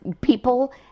people